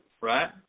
Right